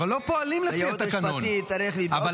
הייעוץ המשפטי צריך לדאוג שזה יקרה.